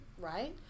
right